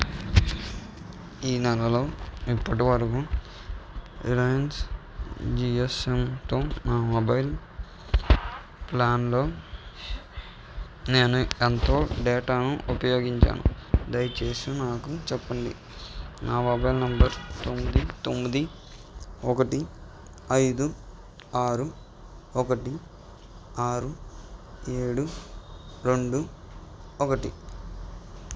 ఈ నెలలో ఇప్పటి వరకు రిలయన్స్ జీఎస్ఎమ్తో నా మొబైల్ ప్లాన్లో నేను ఎంతో డేటాను ఉపయోగించాను దయచేసి నాకు చెప్పండి నా మొబైల్ నెంబర్ తొమ్మిది తొమ్మిది ఒకటి ఐదు ఆరు ఒకటి ఆరు ఏడు రెండు ఒకటి